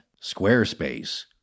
Squarespace